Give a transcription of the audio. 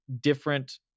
different